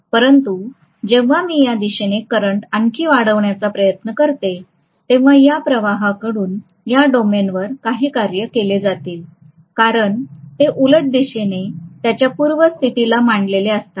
परंतु जेव्हा मी या दिशेने करंट आणखी वाढवण्याचा प्रयत्न करते तेव्हा या प्रवाहाकडून या डोमेनवर काही कार्य केले जातील कारण ते उलट दिशेने त्यांच्या पूर्वस्थितीला मांडलेले असतात